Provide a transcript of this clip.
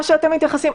הפרטיות.